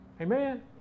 Amen